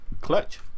clutch